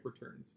returns